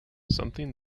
something